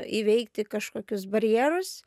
įveikti kažkokius barjerus